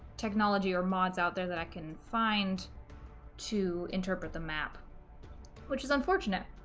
technology or mods out there that i can find to interpret the map which is unfortunate